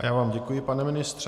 Já vám děkuji, pane ministře.